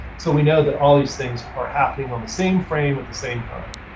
so we know that all these things are happening on the same frame at the same time.